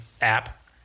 app